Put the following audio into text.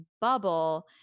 bubble